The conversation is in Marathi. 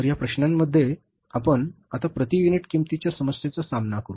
तर या प्रश्नामध्ये आपण आता प्रति युनिट किंमतीच्या समस्येचा सामना करू